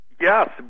Yes